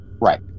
right